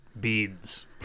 beads